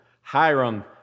Hiram